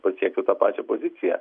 pasiektų tą pačią poziciją